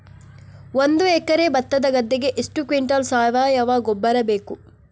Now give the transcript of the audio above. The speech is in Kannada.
ಒಂದು ಎಕರೆ ಭತ್ತದ ಗದ್ದೆಗೆ ಎಷ್ಟು ಕ್ವಿಂಟಲ್ ಸಾವಯವ ಗೊಬ್ಬರ ಬೇಕು?